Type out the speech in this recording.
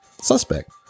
suspect